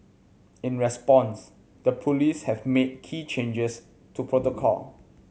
in response the police have made key changes to protocol